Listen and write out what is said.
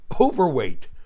overweight